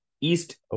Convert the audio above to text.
East